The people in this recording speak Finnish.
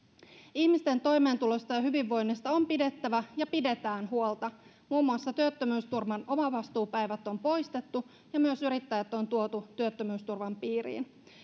ihmisten toimeentulosta ja hyvinvoinnista on pidettävä ja pidetään huolta muun muassa työttömyysturvan omavastuupäivät on poistettu ja myös yrittäjät on tuotu työttömyysturvan piiriin